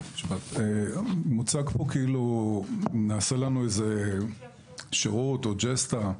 מוצג פה כאילו נעשה לנו שירות או ג'סטה.